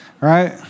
right